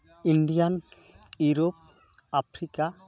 Indian Europe Africa